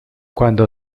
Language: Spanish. cuando